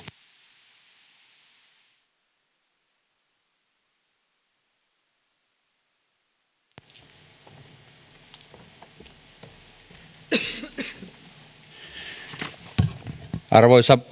arvoisa